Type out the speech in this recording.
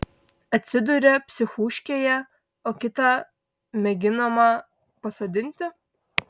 atsiduria psichuškėje o kitą mėginama pasodinti